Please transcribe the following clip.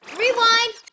rewind